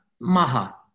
maha